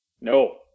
No